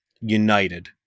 united